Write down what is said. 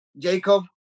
Jacob